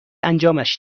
انجامش